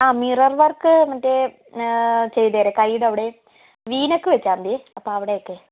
ആ mirror work മറ്റേ ചെയ്തേര് കൈയുടെ അവിടെയും വി നെക്ക് വെച്ചാൽ മതിയേ അപ്പോൾ അവിടെയൊക്കെ